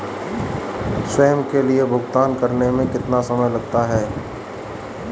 स्वयं के लिए भुगतान करने में कितना समय लगता है?